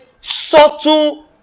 subtle